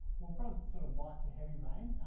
well from sort of light to heavy rain,